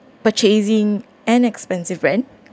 purchasing an expensive rent